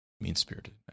Mean-spirited